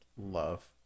love